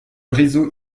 réseau